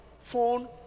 Phone